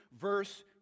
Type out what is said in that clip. verse